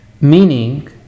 Meaning